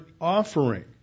offering